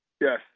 Yes